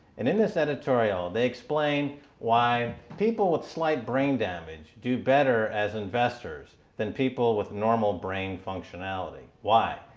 and in this editorial, they explained why people with slight brain damage do better as investors. than people with normal brain functionality. why?